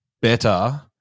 better